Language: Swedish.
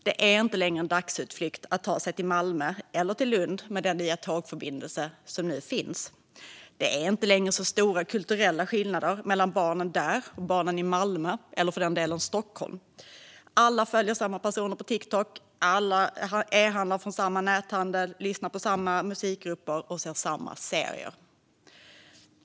Det är inte längre en dagsutflykt att ta sig till Malmö eller Lund, tack vare den nya tågförbindelse som nu finns. Det är inte längre så stora kulturella skillnader mellan barnen där och barnen i Malmö eller för den delen i Stockholm. Alla följer samma personer på Tiktok, e-handlar från samma näthandel, lyssnar på samma musikgrupper och ser samma serier.